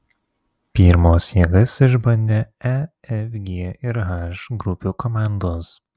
pirmos jėgas išbandė e f g ir h grupių komandos